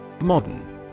Modern